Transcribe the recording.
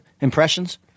impressions